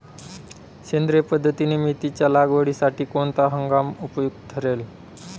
सेंद्रिय पद्धतीने मेथीच्या लागवडीसाठी कोणता हंगाम उपयुक्त ठरेल?